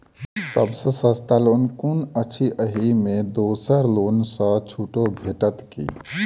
सब सँ सस्ता लोन कुन अछि अहि मे दोसर लोन सँ छुटो भेटत की?